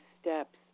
steps